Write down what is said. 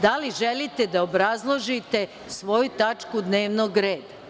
Da li želite da obrazložite svoju tačku dnevnog reda?